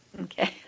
Okay